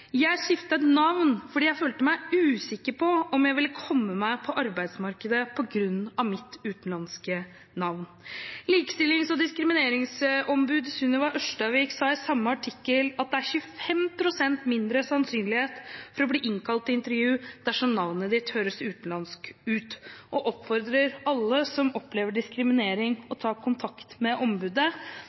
jeg følte meg usikker på om jeg ville komme meg på arbeidsmarkedet på grunn av mitt utenlandske navn.» Likestillings- og diskrimineringsombud Sunniva Ørstavik sa i samme artikkel at det er 25 pst. mindre sannsynlighet for å bli innkalt til intervju dersom navnet ditt høres utenlandsk ut, og oppfordrer alle som opplever diskriminering, til å ta kontakt med ombudet.